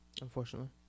Unfortunately